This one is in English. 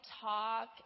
talk